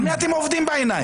על מי אתם עובדים בעיניים?